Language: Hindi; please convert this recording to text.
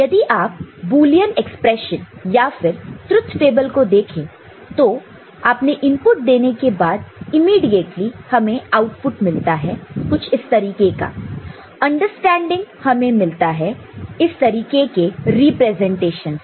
यदि आप बुलियन एक्सप्रेशन या फिर ट्रुथ टेबल को देखें तो आपने इनपुट देने के बाद इमीडीएटली हमें आउटपुट मिलता है कुछ इस तरीके का अंडरस्टैंडिंग हमें मिलता है इस तरीके के रिप्रेजेंटेशन से